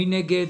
מי נגד?